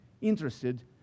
interested